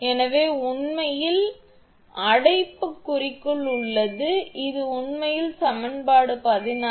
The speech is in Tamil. எனவே இது உண்மையில் அடைப்புக்குறிக்குள் உள்ளது இது உண்மையில் சமன்பாடு 16